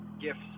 gifts